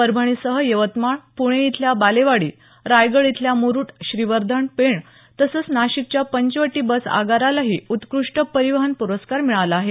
परभणीसह यवतमाळ पुणे इथल्या बालेवाडी रायगड इथल्या मुरुड श्रीवधंन पेण तसंच नाशिकच्या पंचवटी बस आगारालाही उत्कृष्ट परिवहन पुरस्कार मिळाला आहे